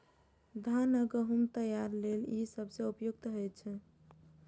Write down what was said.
धान आ गहूम तैयारी लेल ई सबसं उपयुक्त होइ छै